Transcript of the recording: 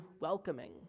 welcoming